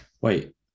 Wait